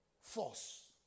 force